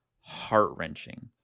heart-wrenching